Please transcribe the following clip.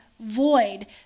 void